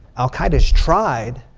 al-qaeda has tried.